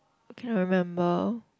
I can't remember